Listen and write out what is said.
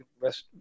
West